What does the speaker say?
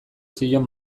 zion